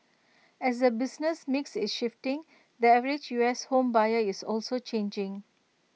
as the business mix is shifting the average U S home buyer is also changing